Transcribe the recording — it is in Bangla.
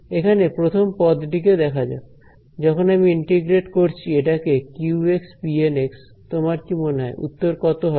এখানে প্রথম পদটিকে দেখা যাক যখন আমি ইন্টিগ্রেট করছি এটাকে qpN তোমার কি মনে হয় উত্তর কত হবে